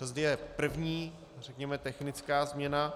To je první, řekněme technická změna.